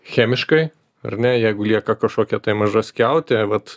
chemiškai ar ne jeigu lieka kažkokia tai maža skiautė vat